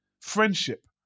friendship